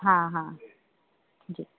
हा हा जी